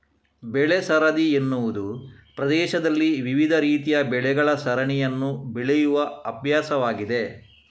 ಬೆಳೆ ಸರದಿ ಎನ್ನುವುದು ಪ್ರದೇಶದಲ್ಲಿ ವಿವಿಧ ರೀತಿಯ ಬೆಳೆಗಳ ಸರಣಿಯನ್ನು ಬೆಳೆಯುವ ಅಭ್ಯಾಸವಾಗಿದೆ